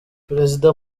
perezida